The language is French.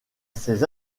ces